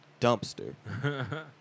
dumpster